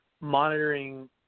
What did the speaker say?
monitoring